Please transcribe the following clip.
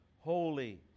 holy